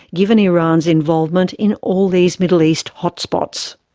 given iran's involvement in all these middle east hot spots.